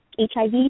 HIV